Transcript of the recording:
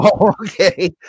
Okay